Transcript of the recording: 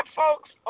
folks